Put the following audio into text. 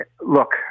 Look